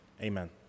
Amen